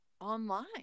online